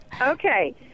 Okay